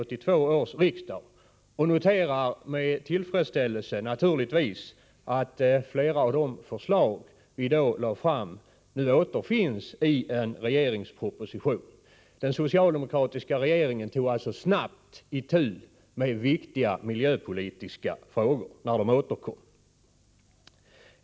Jag noterar naturligtvis med tillfredsställelse att flera av de förslag som vi då lade fram nu återfinns i en regeringsproposition. Den socialdemokratiska regeringen tog alltså snabbt itu med viktiga miljöpolitiska frågor när de återkom.